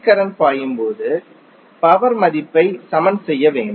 current பாயும் போது power மதிப்பை சமன் செய்ய வேண்டும்